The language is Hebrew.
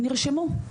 נרשמו.